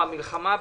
המלחמה,